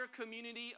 community